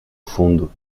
fundo